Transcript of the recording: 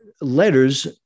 letters